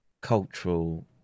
cultural